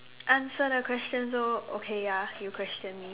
answer the questions so okay ya you question me